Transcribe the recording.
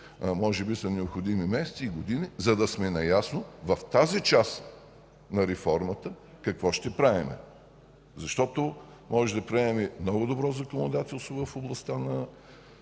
Може би са необходими месеци и години, за да сме наясно в тази част на реформата какво ще правим. Можем да приемем много добро законодателство в областта,